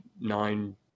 nine